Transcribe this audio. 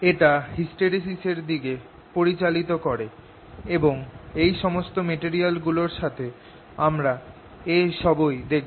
এটা হিস্টেরিসিস এর দিকে পরিচালিত করে এবং এই সমস্ত মেটেরিয়াল গুলোর সাথে আমরা এই সবই দেখব